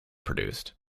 produced